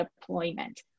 deployment